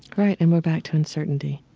right. and we're back to uncertainty